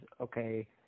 okay